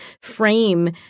frame